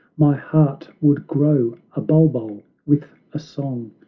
my heart would grow a bulbul with a song,